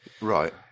Right